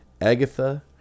Agatha